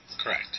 Correct